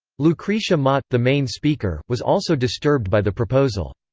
lucretia mott, the main speaker, was also disturbed by the proposal.